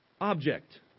object